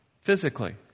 physically